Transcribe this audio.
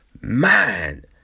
Man